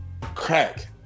crack